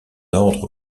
ordre